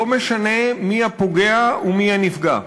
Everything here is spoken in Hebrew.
לא משנה מי הפוגע ומי הנפגע,